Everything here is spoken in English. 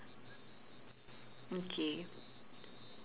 okay